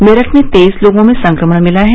मेरठ में तेईस लोगों में संक्रमण मिला है